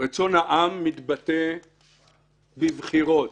רצון העם מתבטא בבחירות.